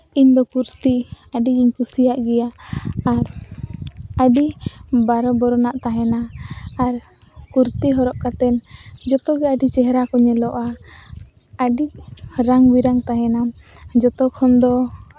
ᱤᱧ ᱫᱚ ᱠᱩᱨᱛᱤ ᱟᱹᱰᱤ ᱜᱤᱧ ᱠᱩᱥᱤᱭᱟᱜ ᱜᱮᱭᱟ ᱟᱨ ᱟᱹᱰᱤ ᱵᱟᱨᱚ ᱵᱚᱨᱚᱱᱟᱜ ᱛᱟᱦᱮᱱᱟ ᱟᱨ ᱠᱩᱨᱛᱤ ᱦᱚᱨᱚᱜ ᱠᱟᱛᱮᱱ ᱡᱚᱛᱚ ᱜᱮ ᱟᱹᱰᱤ ᱪᱮᱦᱨᱟ ᱠᱚ ᱧᱮᱞᱚᱜᱼᱟ ᱟᱹᱰᱤ ᱨᱚᱝᱼᱵᱮᱨᱚᱝ ᱛᱟᱦᱮᱱᱟ ᱡᱚᱛᱚ ᱠᱷᱚᱱ ᱫᱚ